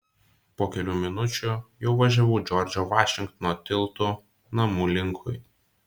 po kelių minučių jau važiavau džordžo vašingtono tiltu namų linkui